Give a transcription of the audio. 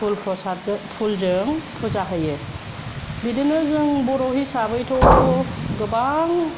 फुल प्रसाद फुल जों फुजा होयो बिदिनो जों बर' हिसाबैथ' गोबां